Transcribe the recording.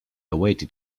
waited